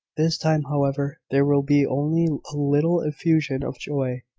this time, however, there will be only a little effusion of joy,